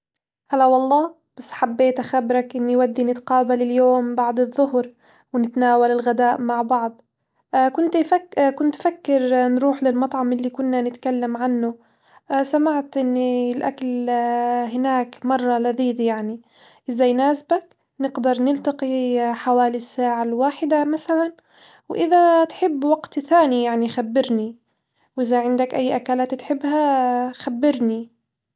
هلا والله، بس حبيت أخبرك إني ودي نتقابل اليوم بعد الظهر، ونتناول الغداء مع بعض كنت كنت فكر نروح للمطعم اللي كنا نتكلم عنه سمعت إن الأكل هناك مرة لذيذ يعني إذا يناسبك نقدر نلتقي حوالي الساعة الواحدة مثلًا، وإذا تحب وقت ثاني يعني خبرني، وإذا عندك أي أكلات اتحبها خبرني.